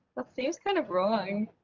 that seems kind of wrong.